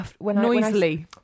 Noisily